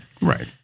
Right